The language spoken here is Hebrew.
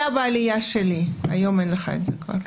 זה היה בעלייה שלי, היום אין לך את זה כבר.